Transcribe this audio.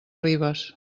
ribes